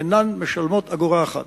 אינן משלמות אגורה אחת,